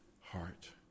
heart